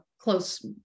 close